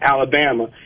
Alabama